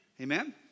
Amen